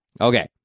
Okay